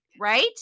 Right